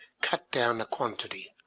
cut down a quantity,